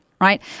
right